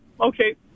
Okay